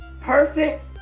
perfect